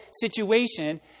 situation